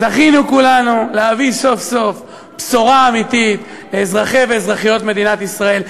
זכינו להביא סוף-סוף בשורה אמיתית לאזרחי ואזרחיות מדינת ישראל,